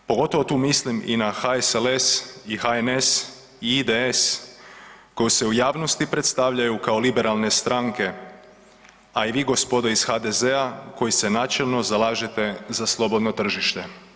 Pogotovo tu mislim i na HSLS i HNS i IDS koji se u javnosti predstavljaju kao liberalne stranke, a i vi gospodo ih HDZ-a koji se načelno zalažete za slobodno tržište.